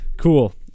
cool